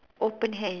open hand